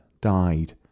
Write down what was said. died